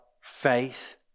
faith